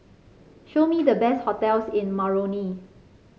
show me the best hotels in Moroni